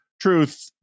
truth